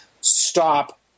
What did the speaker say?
stop